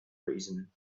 reason